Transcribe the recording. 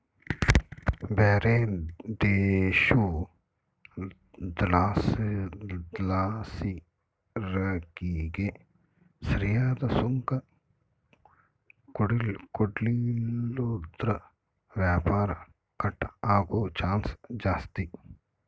ಬ್ಯಾರೆ ದೇಶುದ್ಲಾಸಿಸರಕಿಗೆ ಸರಿಯಾದ್ ಸುಂಕ ಕೊಡ್ಲಿಲ್ಲುದ್ರ ವ್ಯಾಪಾರ ಕಟ್ ಆಗೋ ಚಾನ್ಸ್ ಜಾಸ್ತಿ